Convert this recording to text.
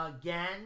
again